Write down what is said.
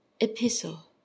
Epistle